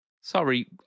Sorry